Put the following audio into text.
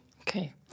Okay